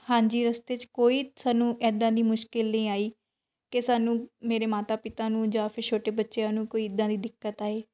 ਹਾਂਜੀ ਰਸਤੇ 'ਚ ਕੋਈ ਸਾਨੂੰ ਇੱਦਾਂ ਦੀ ਮੁਸ਼ਕਲ ਨਹੀਂ ਆਈ ਕਿ ਸਾਨੂੰ ਮੇਰੇ ਮਾਤਾ ਪਿਤਾ ਨੂੰ ਜਾਂ ਫਿਰ ਛੋਟੇ ਬੱਚਿਆਂ ਨੂੰ ਕੋਈ ਇੱਦਾਂ ਦੀ ਦਿੱਕਤ ਆਏ